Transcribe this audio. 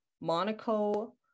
Monaco